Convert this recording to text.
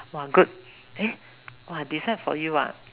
!woah! good eh !woah! decide for you ah